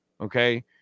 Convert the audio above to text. okay